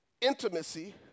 Intimacy